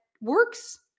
works